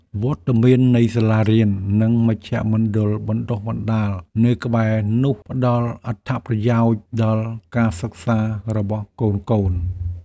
វត្តមាននៃសាលារៀន និងមជ្ឈមណ្ឌលបណ្តុះបណ្តាលនៅក្បែរនោះ ផ្តល់អត្ថប្រយោជន៍ដល់ការសិក្សារបស់កូនៗ។